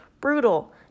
brutal